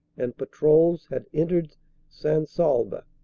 and patrols had entered st. saulve.